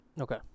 Okay